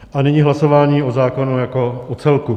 A nyní hlasování o zákonu jako o celku.